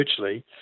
virtually